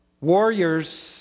warriors